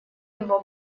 его